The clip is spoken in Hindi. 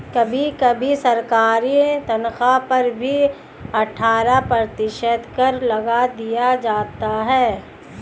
कभी कभी सरकारी तन्ख्वाह पर भी अट्ठारह प्रतिशत कर लगा दिया जाता है